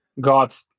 got